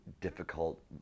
difficult